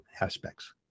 aspects